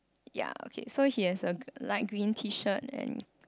ya okay so he has a light green tee shirt and